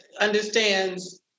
understands